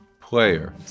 player